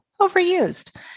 overused